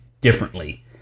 differently